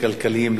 הכלכליים,